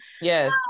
Yes